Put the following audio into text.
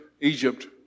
Egypt